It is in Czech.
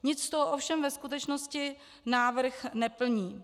Nic z toho ovšem ve skutečnosti návrh neplní.